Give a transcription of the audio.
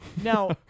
Now